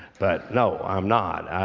but no, i'm not.